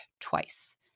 twice